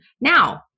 Now